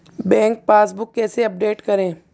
Bank passbook कैसे update करें?